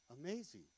Amazing